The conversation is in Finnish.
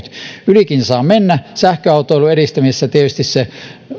ylikin saa mennä sähköautoilun edistämisessä tietysti